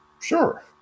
Sure